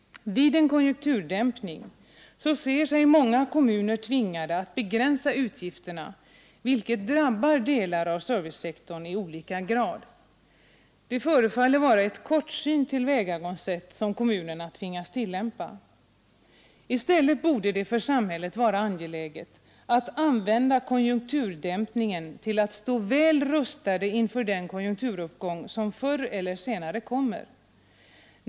Vid en konjunkturdämpning ser sig många kommuner tvingade att begränsa utgifterna, vilket drabbar delar av servicesektorn i olika grad. Det förefaller vara ett kortsynt tillvägagångssätt som kommunerna tvingas tillämpa. I stället borde det för samhället vara angeläget att använda konjunkturdämpningen till att stå väl rustat inför den konjunkturuppgång som förr eller senare kommer.